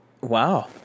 Wow